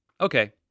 Okay